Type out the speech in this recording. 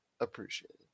appreciated